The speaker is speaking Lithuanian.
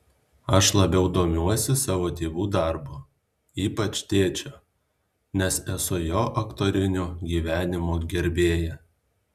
aš labiau domiuosi savo tėvų darbu ypač tėčio nes esu jo aktorinio gyvenimo gerbėja